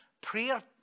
prayer